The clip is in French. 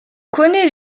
connait